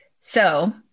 So-